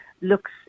looks